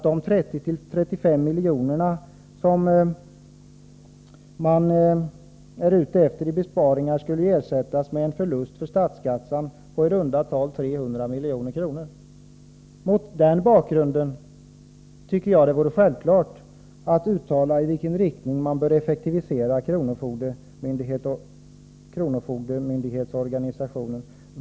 De 30-35 milj.kr. som man är ute efter i besparing skulle ersättas av en förlust för statskassan på i runda tal 300 milj.kr. Mot den bakgrunden tycker jag det vore självklart att uttala i vilken riktning man vill effektivisera kronofogdemyndighetsorganisationen.